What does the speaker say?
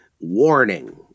warning